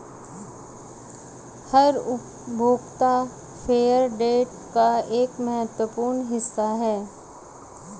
हर उपभोक्ता फेयरट्रेड का एक महत्वपूर्ण हिस्सा हैं